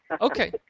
okay